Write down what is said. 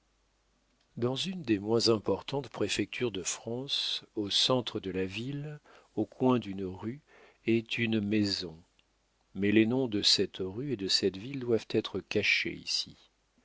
dans une des moins importantes préfectures de france au centre de la ville au coin d'une rue est une maison mais les noms de cette rue et de cette ville doivent être cachés ici